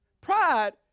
Pride